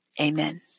Amen